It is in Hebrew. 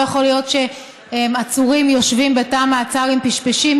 לא יכול להיות שעצורים יושבים בתא מעצר עם פשפשים,